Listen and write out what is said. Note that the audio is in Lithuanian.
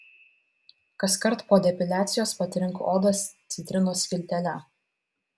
kaskart po depiliacijos patrink odą citrinos skiltele